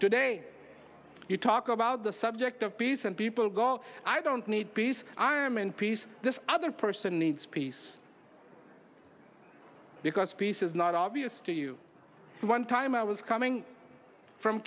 today you talk about the subject of peace and people go i don't need peace i am in peace this other person needs peace because peace is not obvious to you one time i was coming from